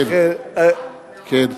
לעלמה ולדלתון.